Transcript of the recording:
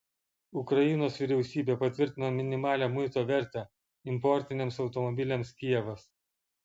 ukrainos vyriausybė patvirtino minimalią muito vertę importiniams automobiliams kijevas